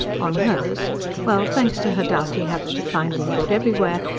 on hers well, thanks to her doughty habit of finding good everywhere,